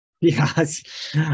Yes